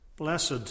Blessed